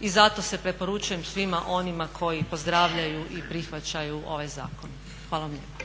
i zato se preporučujem svima onima koji pozdravljaju i prihvaćaju ovaj zakon. Hvala vam lijepo.